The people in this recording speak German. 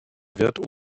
wird